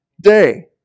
day